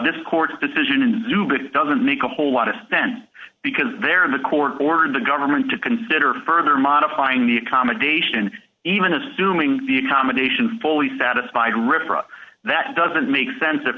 this court decision is due but it doesn't make a whole lot of sense because they're in the court ordered the government to consider further modifying the accommodation even assuming the accommodation fully satisfied river that doesn't make sense of